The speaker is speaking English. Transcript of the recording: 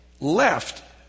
left